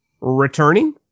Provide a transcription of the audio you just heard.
returning